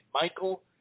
Michael